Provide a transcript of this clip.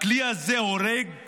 הכלי הזה הורג,